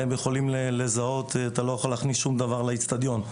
הם יכולים לזהות ואתה לא יכול להכניס שום דבר לאצטדיון.